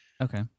Okay